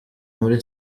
muri